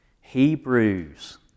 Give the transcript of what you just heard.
Hebrews